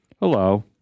hello